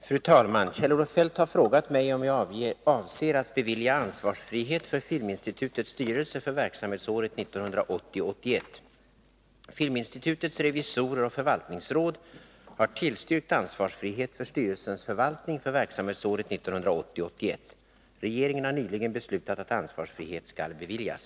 Fru talman! Kjell-Olof Feldt har frågat mig om jag avser att bevilja ansvarsfrihet för filminstitutets styrelse för verksamhetsåret 1980 81. Regeringen har nyligen beslutat att ansvarsfrihet skall beviljas.